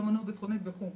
לא מנוע ביטחונית וכו'.